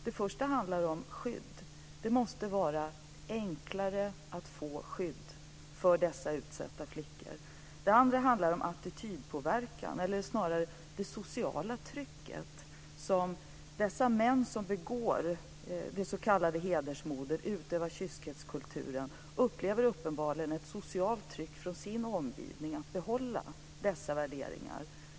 Det första handlar om skydd. Det måste vara enklare att få skydd för dessa utsatta flickor. Det andra handlar om attitydpåverkan eller snarare det sociala trycket. De män som begår de s.k. hedersmorden och utövar kyskhetskulturen upplever uppenbarligen ett socialt tryck från sin omgivning att behålla dessa värderingar.